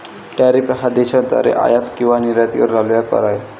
tariff हा देशाद्वारे आयात किंवा निर्यातीवर लावलेला कर आहे